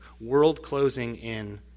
world-closing-in